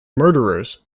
murderers